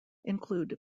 include